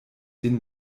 den